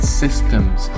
systems